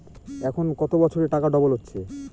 এখন কত বছরে টাকা ডবল হচ্ছে?